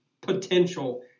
potential